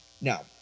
Now